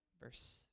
Verse